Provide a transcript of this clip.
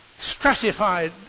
stratified